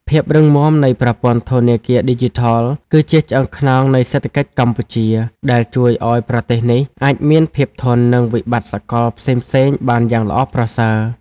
ភាពរឹងមាំនៃប្រព័ន្ធធនាគារឌីជីថល គឺជាឆ្អឹងខ្នងនៃសេដ្ឋកិច្ចកម្ពុជា ដែលជួយឱ្យប្រទេសនេះអាចមានភាពធន់នឹងវិបត្តិសកលផ្សេងៗបានយ៉ាងល្អប្រសើរ។